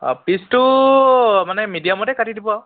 অঁ পিচটো মানে মিডিয়ামতে কাটি দিব আৰু